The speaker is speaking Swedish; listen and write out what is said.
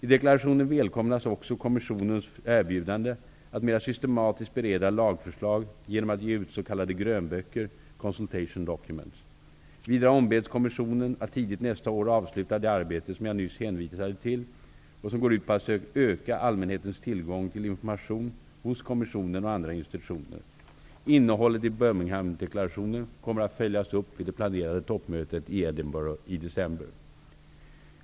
I deklarationen välkomnas också Kommissionens erbjudande att mera systematiskt bereda lagförslag genom att ge ut s.k. grönböcker . Vidare ombeds Kommissionen att tidigt nästa år avsluta det arbete som jag nyss hänvisade till och som går ut på att öka allmänhetens tillgång till information hos Birminghamdeklarationen kommer att följas upp vid det planerade toppmötet i Edinburgh i december.